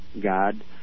God